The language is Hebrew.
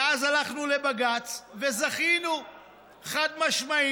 ואז הלכנו לבג"ץ וזכינו חד-משמעית,